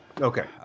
Okay